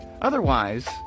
Otherwise